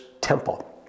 temple